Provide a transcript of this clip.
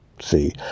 See